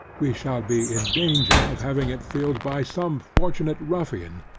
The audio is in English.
we shall be in danger of having it filled by some fortunate ruffian,